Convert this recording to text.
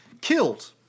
killed